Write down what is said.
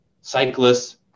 cyclists